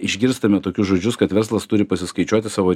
išgirstame tokius žodžius kad verslas turi pasiskaičiuoti savo